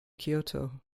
kyoto